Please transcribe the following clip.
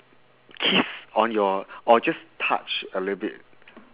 kiss on your or just touch a little bit